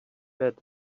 bad